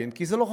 כי זה לא חוכמה,